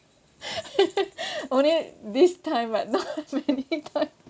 only this time right not many time